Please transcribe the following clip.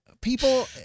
people